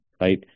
right